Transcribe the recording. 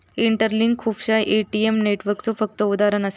interlink खुपश्या ATM नेटवर्कचा फक्त उदाहरण असा